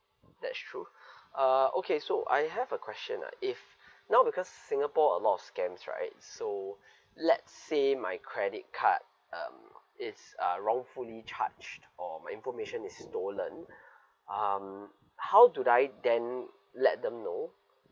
that's true uh okay so I have a question nah if now because singapore a lot of scams right so let say my credit card um it's uh wrongfully charged or my information is stolen um how do I then let them know